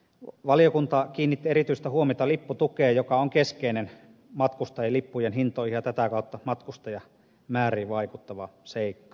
valiokunta kiinnitti erityistä huomiota lipputukeen joka on keskeinen matkustajien lippujen hintoihin ja tätä kautta matkustajamääriin vaikuttava seikka